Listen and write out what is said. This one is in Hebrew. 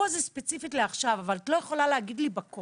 כאן זה ספציפית לעכשיו אבל את לא יכולה להגיד לי שבקורונה